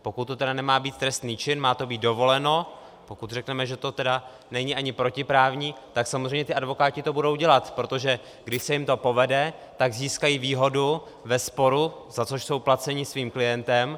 Pokud to tedy nemá být trestný čin, má to být dovoleno, pokud řekneme, že to tedy není ani protiprávní, pak samozřejmě ti advokáti to budou dělat, protože když se jim to povede, tak získají výhodu ve sporu, za což jsou placeni svým klientem.